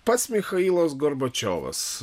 pats michailas gorbačiovas